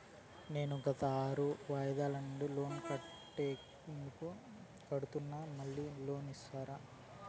నేను గత ఆరు వాయిదాల నుండి లోను కరెక్టుగా కడ్తున్నాను, మళ్ళీ లోను ఇస్తారా?